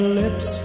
lips